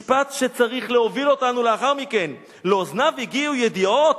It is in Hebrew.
משפט שצריך להוביל אותנו לאחר מכן: "לאוזניו הגיעו ידיעות,